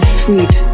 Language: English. sweet